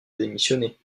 démissionner